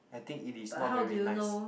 I think it is not very nice